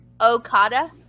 Okada